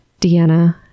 Deanna